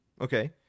okay